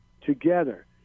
together